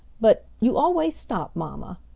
but you always stop mamma.